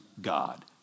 God